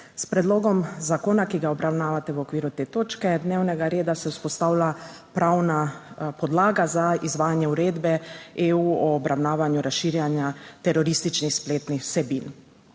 S predlogom zakona, ki ga obravnavate v okviru te točke dnevnega reda, se vzpostavlja pravna podlaga za izvajanje Uredbe EU o obravnavanju razširjanja terorističnih spletnih vsebin.